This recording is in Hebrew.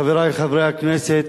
חברי חברי הכנסת,